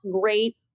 great